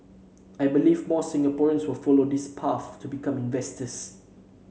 I believe more Singaporeans will follow this path to become inventors